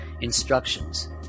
instructions